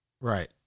Right